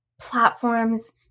platforms